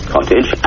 Cottage